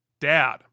dad